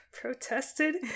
protested